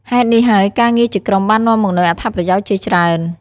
ហេតុនេះហើយការងារជាក្រុមបាននាំមកនូវអត្ថប្រយោជន៍ជាច្រើន។